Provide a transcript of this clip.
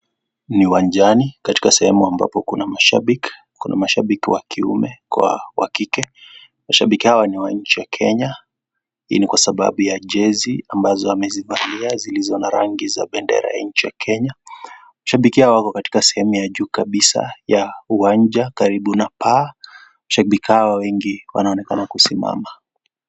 Ni uwanjani katika sehemu ambapo kuna mashabiki. Kuna mashabiki wa kiume kwa wa kike. Mashabiki hawa ni wa nchi ya Kenya, hii ni kwasababu ya jezi ambazo wamezivalia Zilizo na rangi ya nchi ya Kenya. Mashabiki hawa wako katika sehemu ya juu kabisa ya uwanja. Karibu na paa. Mashabiki hawa wengi wanaonekana kusimama.